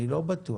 אני לא בטוח,